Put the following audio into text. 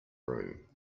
room